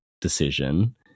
decision